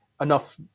enough